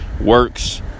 works